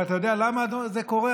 אבל אתה יודע למה זה קורה,